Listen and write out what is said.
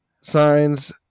signs